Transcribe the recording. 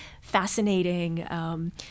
fascinating